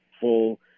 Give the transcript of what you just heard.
full